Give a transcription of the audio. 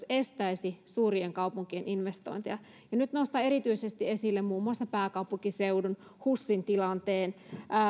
estäisi suurien kaupunkien investointeja ja nyt nostan erityisesti esille muun muassa pääkaupunkiseudun husin tilanteen